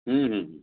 ହୁଁ ହୁଁ ହୁଁ